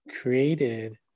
created